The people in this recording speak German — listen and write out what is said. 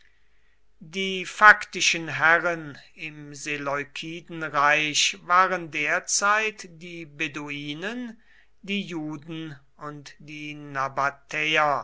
die faktischen herren im seleukidenreich waren derzeit die beduinen die juden und die